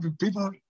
people